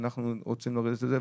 שאנחנו רוצים לרדת לזה,